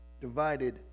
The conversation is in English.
divided